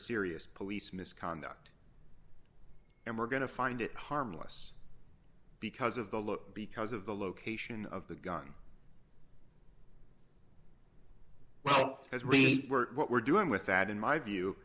serious police misconduct and we're going to find it harmless because of the look because of the location of the gun well as we were what we're doing with that in my view